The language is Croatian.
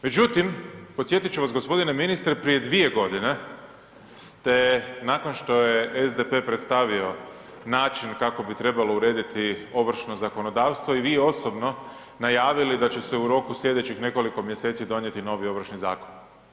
Međutim, podsjetit ću vas gospodine ministre prije dvije godine ste nakon što je SDP predstavio način kako bi trebalo urediti ovršno zakonodavstvo i vi osobno najavili da će se u roku sljedećih nekoliko mjeseci donijeti novi Ovršni zakon.